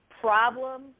problem